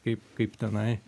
kaip kaip tenai